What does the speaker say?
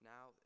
Now